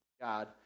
God